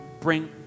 bring